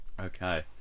Okay